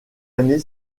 année